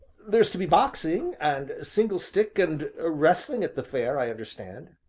there's to be boxing, and single-stick, and wrestling at the fair, i understand.